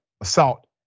assault